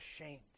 ashamed